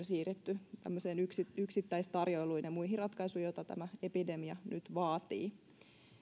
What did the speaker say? siirrytty tämmöiseen yksittäistarjoiluun ja muihin ratkaisuihin joita tämä epidemia nyt vaatii